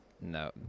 No